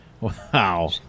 Wow